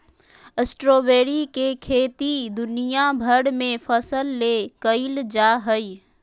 strawberry के खेती दुनिया भर में फल ले कइल जा हइ